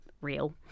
real